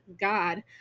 God